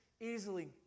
easily